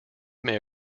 may